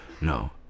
no